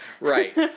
Right